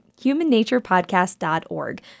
humannaturepodcast.org